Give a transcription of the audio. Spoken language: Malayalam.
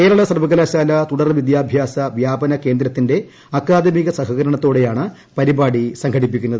കേരള സർവ്വകലാശാല തുടർ വിദ്യാഭ്യാസ വ്യാപന കേന്ദ്രത്തിന്റെ അക്കാദമിക സഹകരണത്തോടെയാണ് പരിപാടി സംഘടിപ്പിക്കുന്നത്